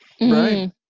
Right